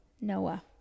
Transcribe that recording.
Noah